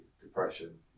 depression